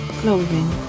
clothing